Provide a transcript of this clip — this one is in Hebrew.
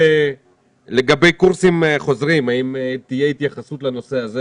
לגבי קורסים חוזרים האם תהיה התייחסות לנושא הזה